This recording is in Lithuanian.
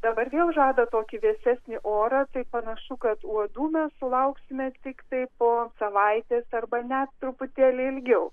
dabar vėl žada tokį vėsesnį orą tai panašu kad uodų mes sulauksime tiktai po savaitės arba net truputėlį ilgiau